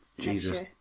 Jesus